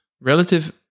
relative